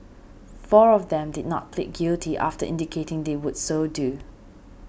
four of them did not plead guilty after indicating they would so do